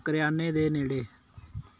ਕਰਿਆਨੇ ਦੇ ਨੇੜੇ